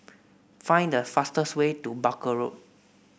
find the fastest way to Barker Road